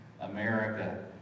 America